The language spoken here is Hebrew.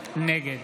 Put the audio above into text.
נגד